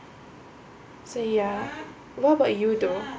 so ya what about you though